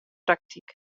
praktyk